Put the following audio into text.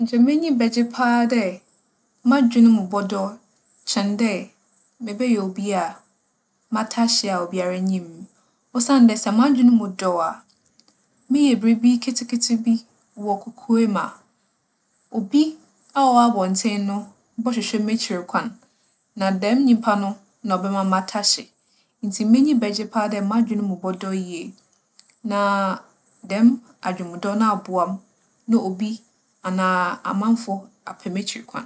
Nkyɛ m'enyi bɛgye paa dɛ m'adwen mu bͻdͻ kyɛn dɛ mebɛyɛ obi a matahye a obiara nyim me. Osiandɛ sɛ m'adwen mu dͻ a, meyɛ biribi ketseketse bi wͻ kokoamu a, obi a ͻwͻ abͻntsen no bͻhwehwɛ m'ekyir kwan. Na dɛm nyimpa no na ͻbɛma matahye. Ntsi m'enyi bɛgye paa dɛ m'adwen mu bͻdͻ yie na dɛm adwenmudͻ no aboa me, na obi anaa amamfo apɛ m'ekyir kwan.